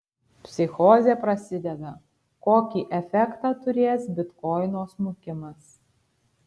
psichozė prasideda kokį efektą turės bitkoino smukimas